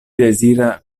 deziras